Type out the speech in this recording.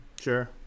Sure